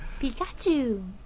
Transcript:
Pikachu